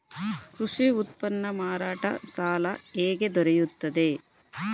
ಕೃಷಿ ಉತ್ಪನ್ನ ಮಾರಾಟ ಸಾಲ ಹೇಗೆ ದೊರೆಯುತ್ತದೆ?